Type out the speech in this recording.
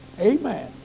Amen